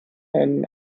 einen